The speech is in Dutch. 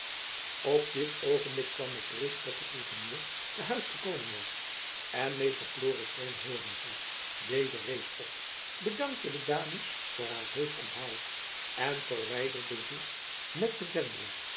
op dit oogenblik kwam het bericht dat de gouverneur te huis gekomen was en meester florisz hooren zoû deze rees op bedankte de dames voor haar heusch onthaal en verwijderde zich met den